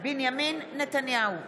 בנימין נתניהו,